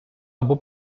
або